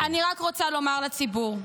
אני רק רוצה לומר לציבור: